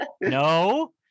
no